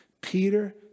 Peter